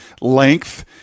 length